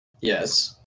yes